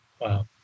Wow